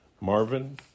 Marvin